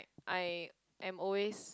I am always